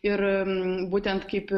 ir būtent kaip